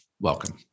Welcome